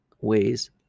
ways